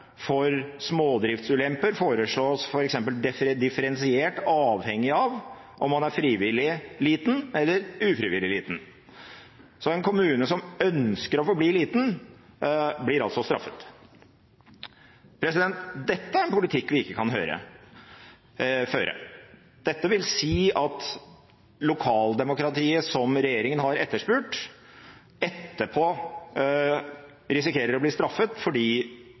for smådriftsulemper, f.eks., foreslås differensiert, avhengig av om man er frivillig liten eller ufrivillig liten, så en kommune som ønsker å forbli liten, blir altså straffet. Dette er en politikk vi ikke kan føre. Dette vil si at lokaldemokratiet som regjeringen har etterspurt, etterpå risikerer å bli straffet fordi